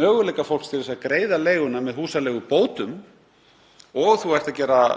möguleika fólks til að greiða leiguna með húsaleigubótum og gerir